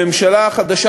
הממשלה החדשה,